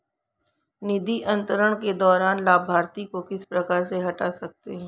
निधि अंतरण के दौरान लाभार्थी को किस प्रकार से हटा सकते हैं?